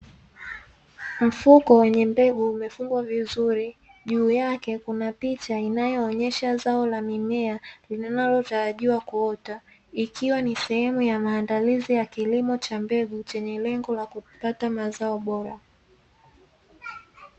Mfuko wenye mbegu umefungwa vizuri juu yake kuna picha inayoonyesha zao la mimea linalotarajiwa kuota, ikiwa ni sehemu ya maandalizi ya kilimo cha mbegu chenye lengo la kupata mazao bora.